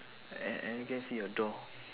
I I only can see your door